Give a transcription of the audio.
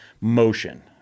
motion